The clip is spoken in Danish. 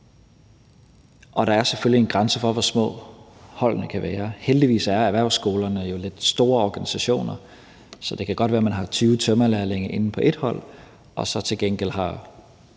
Og der er selvfølgelig en grænse for, hvor små holdene kan være. Heldigvis er erhvervsskolerne jo lidt store organisationer, så det kan godt være, man har 20 tømrerlærlinge inde på ét hold og så til gengæld 7